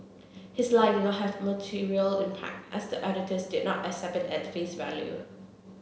his lie did not have material impact as the auditors did not accept it at face value